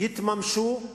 יתממשו,